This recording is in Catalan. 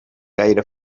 gaire